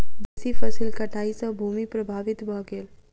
बेसी फसील कटाई सॅ भूमि प्रभावित भ गेल